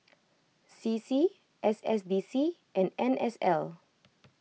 C C S S D C and N S L